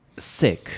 sick